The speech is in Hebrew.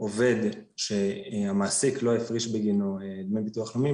עובד שהמעסיק לא הפריש בגינו דמי ביטוח לאומי,